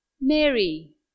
Mary